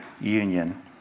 union